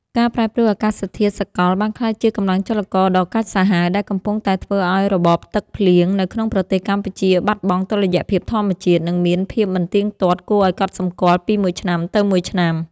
ការប្រែប្រួលអាកាសធាតុសកលបានក្លាយជាកម្លាំងចលករដ៏កាចសាហាវ ដែលកំពុងតែធ្វើឱ្យរបបទឹកភ្លៀងនៅក្នុងប្រទេសកម្ពុជាបាត់បង់តុល្យភាពធម្មជាតិ និងមានភាពមិនទៀងទាត់គួរឱ្យកត់សម្គាល់ពីមួយឆ្នាំទៅមួយឆ្នាំ។